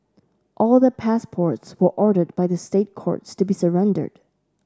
all their passports were ordered by the State Courts to be surrendered